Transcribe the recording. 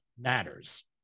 matters